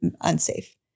unsafe